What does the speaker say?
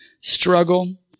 struggle